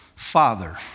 Father